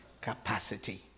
capacity